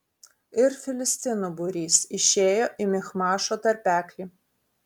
ir filistinų būrys išėjo į michmašo tarpeklį